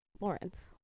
Lawrence